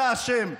אתה אשם.